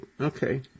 Okay